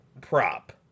prop